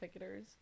picketers